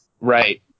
Right